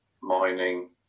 mining